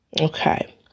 Okay